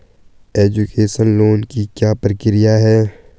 Education loan की क्या प्रक्रिया है?